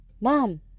mom